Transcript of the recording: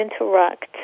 interact